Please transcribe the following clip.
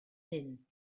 hyn